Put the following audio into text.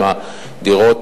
אם הדירות,